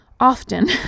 Often